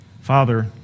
Father